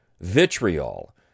vitriol